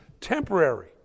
temporary